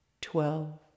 twelve